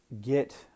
get